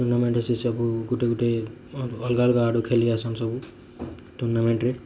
tournament ହଉଛି ସବୁ ଗୋଟେ ଗୋଟେ ଅଲଗା ଅଲଗା ଆଡ଼ୁ ଖେଲି ଆସନ୍ ସବୁ ଟୁର୍ଣ୍ଣାମେଣ୍ଟରେ